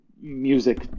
music